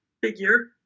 figure